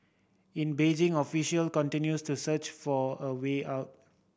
in Beijing official continues to search for a way out